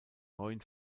neuen